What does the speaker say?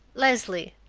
leslie.